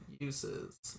uses